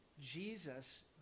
Jesus